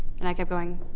and i kept going